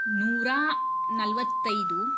ನೂರ ನಲ್ವತ್ತೈದು